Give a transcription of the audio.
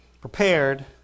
prepared